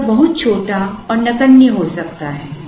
अंतर बहुत छोटा और नगण्य हो सकता है